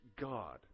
God